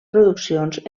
produccions